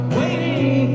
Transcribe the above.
waiting